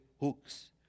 hooks